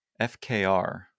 FKR